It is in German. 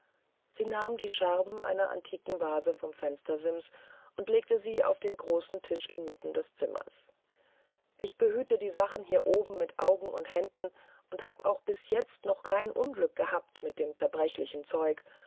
sie nahm die scherben einer antiken vase vom fenstersims und legte sie auf den großen tisch inmitten des zimmers ich behüte die sachen hier oben mit augen und händen und hab auch bis jetzt noch kein unglück gehabt mit dem zerbrechlichen zeug